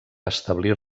establir